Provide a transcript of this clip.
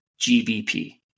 GBP